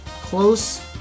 close